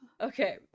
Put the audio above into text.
okay